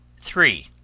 three.